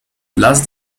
las